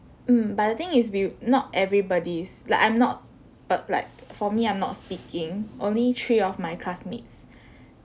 mm but the thing is we not everybody is like I'm not but like for me I'm not speaking only three of my classmates